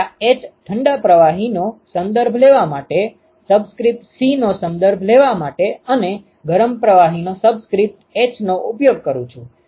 અને પેટા h I ઠંડા પ્રવાહીનો સંદર્ભ લેવા માટે સબસ્ક્રિપ્ટ c નો સંદર્ભ લેવા માટે અને ગરમ પ્રવાહીનો સબસ્ક્રિપ્ટ h નો ઉપયોગ કરું છું